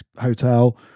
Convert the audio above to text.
hotel